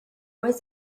was